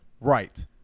Right